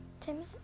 Timmy